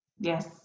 Yes